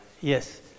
Yes